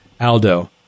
Aldo